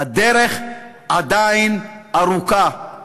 הדרך עדיין ארוכה.